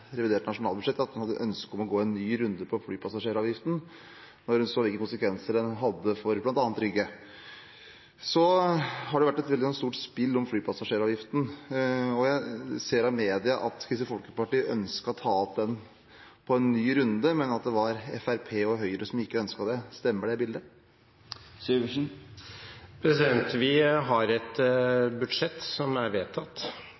revidert nasjonalbudsjett at hun hadde ønske om å gå en ny runde på flypassasjeravgiften når hun så hvilke konsekvenser den hadde for bl.a. Rygge. Det har vært et veldig stort spill om flypassasjeravgiften, og jeg ser av media at Kristelig Folkeparti ønsket å ta en ny runde på det, men at Fremskrittspartiet og Høyre ikke ønsket det. Stemmer det bildet? Vi har et budsjett som er vedtatt,